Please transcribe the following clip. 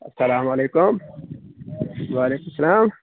اَسلامُ علیکُم وعلیکُم سلام